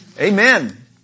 Amen